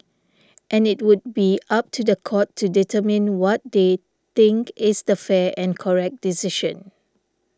and it would be up to the court to determine what they think is the fair and correct decision